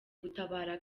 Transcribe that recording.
gutabara